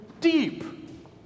deep